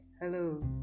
hello